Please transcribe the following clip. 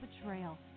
betrayal